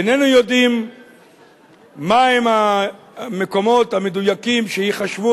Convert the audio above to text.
איננו יודעים מהם המקומות המדויקים שייחשבו